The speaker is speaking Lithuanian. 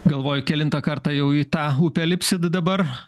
galvoju kelintą kartą jau į tą upę lipsit dabar